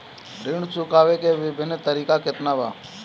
ऋण चुकावे के विभिन्न तरीका केतना बा?